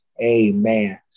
amen